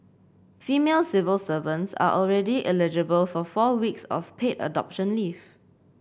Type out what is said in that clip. female civil servants are already eligible for four weeks of paid adoption leave